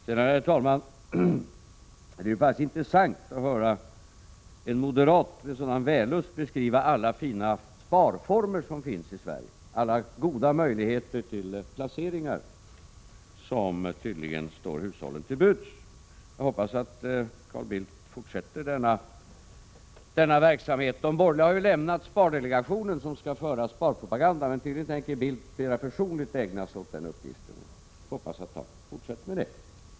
Det är, herr talman, faktiskt intressant att höra en moderat med sådan vällust beskriva alla fina sparformer som finns i Sverige, alla goda möjligheter till placeringar som tydligen står hushållen till buds. Jag hoppas att Carl Bildt fortsätter denna verksamhet. De borgerliga har ju lämnat spardelegationen, som skall föra sparpropagandan, men nu tänker tydligen Carl Bildt mer personligt ägna sig åt den uppgiften. Jag hoppas att han kan fortsätta med det.